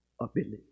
ability